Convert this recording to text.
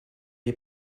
est